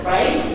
Right